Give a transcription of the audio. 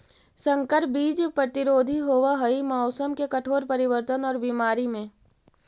संकर बीज प्रतिरोधी होव हई मौसम के कठोर परिवर्तन और बीमारी में